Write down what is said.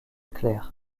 clair